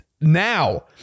now